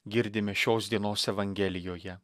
girdime šios dienos evangelijoje